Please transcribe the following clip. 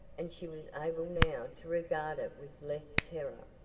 and she was able now to regard it with less terror.